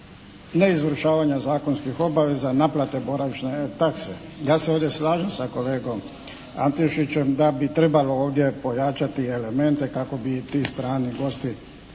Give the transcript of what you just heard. neizvršavanja zakonskih obveza, naplate boravišne takse. Ja se ovdje slažem sa kolegom Antešićem da bi trebalo ovdje pojačati elemente kako bi ti strani gosti